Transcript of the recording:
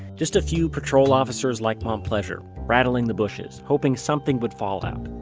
just a few patrol officers like montplaisir rattling the bushes, hoping something would fall out.